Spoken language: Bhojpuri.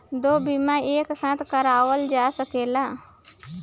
दो बीमा एक साथ करवाईल जा सकेला?